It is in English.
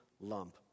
lump